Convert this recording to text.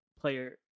player